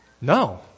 No